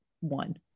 One